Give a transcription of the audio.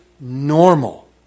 normal